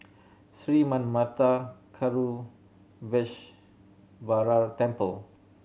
Sri Manmatha Karuneshvarar Temple